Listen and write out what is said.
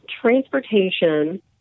transportation